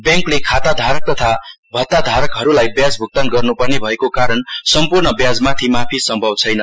ब्याङ्कले खाता धारक तथा भताधारकहरूलाई ब्याज भुक्तान गर्न्पर्ने भएको कारण सम्पूर्ण ब्याजमाथि माफी सम्भव छैन